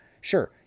sure